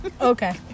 okay